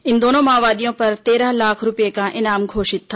इन दोनों माओवादियों पर तेरह लाख रूपये का इनाम घोषित था